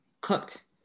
cooked